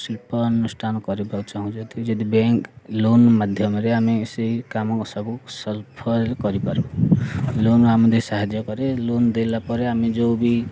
ଶିଳ୍ପ ଅନୁଷ୍ଠାନ କରିବାକୁ ଚାହୁଁ ଯଦି ଯଦି ବ୍ୟାଙ୍କ ଲୋନ୍ ମାଧ୍ୟମରେ ଆମେ ସେଇ କାମ ସବୁ ସର୍ଫରେ କରିପାରୁୁ ଲୋନ୍ ଆମକୁ ସାହାଯ୍ୟ କରେ ଲୋନ୍ ଦେଲା ପରେ ଆମେ ଯେଉଁ ବି